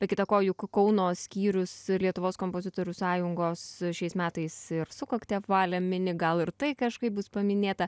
be kita ko juk kauno skyrius lietuvos kompozitorių sąjungos šiais metais ir sukaktį apvalią mini gal ir tai kažkaip bus paminėta